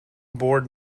board